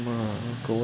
orh 那个 fan